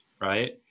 right